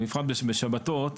בפרט בשבתות,